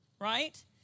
right